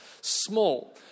small